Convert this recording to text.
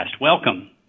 Welcome